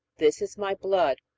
this is my blood,